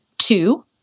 Two